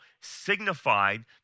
signified